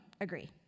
agree